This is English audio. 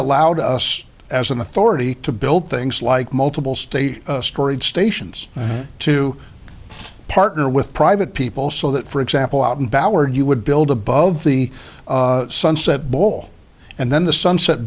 allowed us as an authority to build things like multiple state storage stations to partner with private people so that for example out in ballard you would build above the sunset bowl and then the sunset